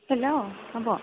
हेल' आब'